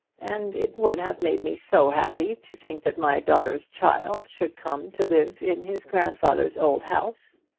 and it would have made me so happy to think that my daughter's child should come to live in his grandfather's old house,